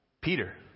Peter